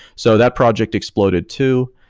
so that project exploded too.